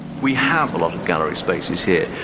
we have a lot of gallery spaces here,